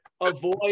avoid